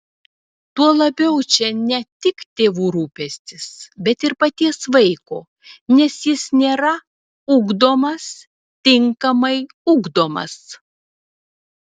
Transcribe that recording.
tuo labiau čia ne tik tėvų rūpestis bet ir paties vaiko nes jis nėra ugdomas tinkamai ugdomas